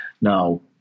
now